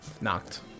Knocked